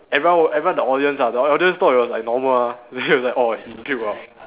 everyone everyone the audience ah the audience thought it was normal ah was like orh he puke ah